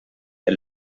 der